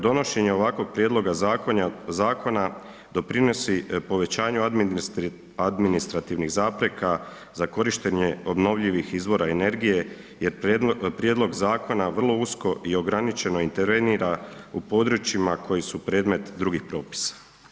Donošenje ovakvog prijedloga zakona doprinosi povećanju administrativnih zapreka za korištenje obnovljivih izvora energije jer prijedlog zakona vrlo usko i ograničeno intervenira u područjima koji su predmet drugih propisa.